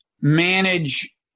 manage